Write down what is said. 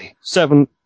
Seven